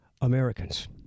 Americans